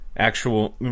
actual